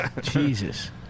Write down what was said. Jesus